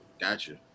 Gotcha